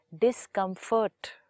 Discomfort